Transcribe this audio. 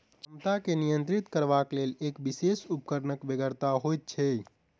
क्षमता के नियंत्रित करबाक लेल एक विशेष उपकरणक बेगरता होइत छै